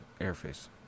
airface